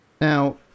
Now